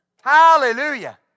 Hallelujah